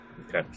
Okay